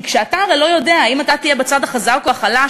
כי הרי כשאתה לא יודע אם אתה תהיה בצד החזק או החלש,